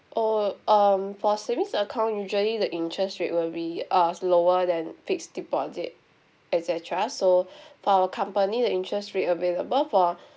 oh um for savings account usually the interest rate will be uh is lower than fixed deposit et cetera so for our company the interest rate available for